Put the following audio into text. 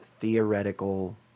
theoretical